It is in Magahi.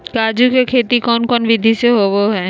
काजू के खेती कौन कौन विधि से होबो हय?